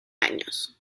años